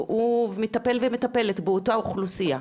והוא מטפל ומטפלת באותה אוכלוסיה,